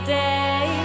day